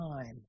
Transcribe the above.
Time